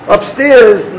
Upstairs